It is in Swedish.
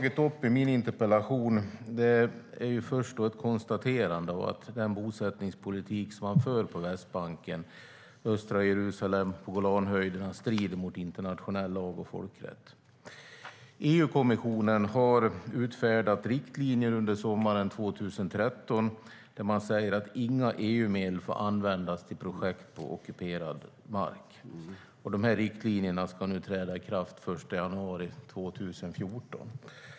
I min interpellation konstaterar jag att den bosättningspolitik som förs på Västbanken, i östra Jerusalem och på Golanhöjderna strider mot internationell lag och folkrätt. EU-kommissionen utfärdade riktlinjer under sommaren 2103 där man säger att inga EU-medel får användas till projekt på ockuperad mark. Dessa riktlinjer träder i kraft den 1 januari 2014.